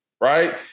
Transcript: right